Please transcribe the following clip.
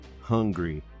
hungry